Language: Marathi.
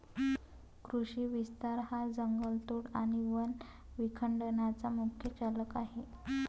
कृषी विस्तार हा जंगलतोड आणि वन विखंडनाचा मुख्य चालक आहे